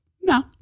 No